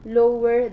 lower